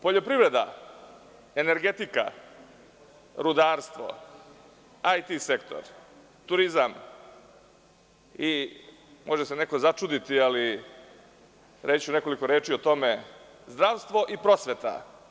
Poljoprivreda, energetika, rudarstvo, IT sektor, turizam i, može se neko začuditi, reću ću nekoliko reči o tome, zdravstvo i prosveta.